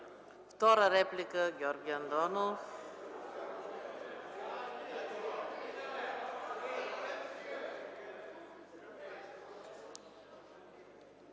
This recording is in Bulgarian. Втора реплика – Георги Андонов.